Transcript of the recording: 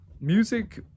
Music